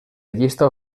llista